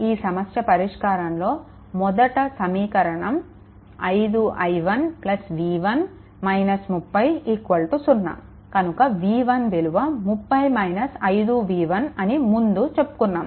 ఈ సమస్య పరిష్కారంలో మొదట సమీకరణం 5 i1 v1 30 0 కనుక v1 విలువ 30 5v1 అని ముందు చెప్పుకున్నాము